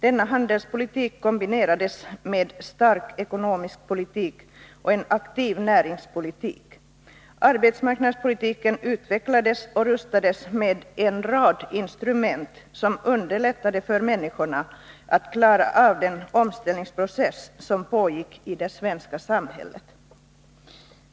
Denna handelspolitik kombinerades med en stark ekonomisk politik och en aktiv näringspolitik. Arbetsmarknadspolitiken utvecklades och rustades med en rad instrument, som underlättade för människorna att klara av den omställningsprocess som pågick i det svenska samhället.